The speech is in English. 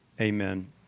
amen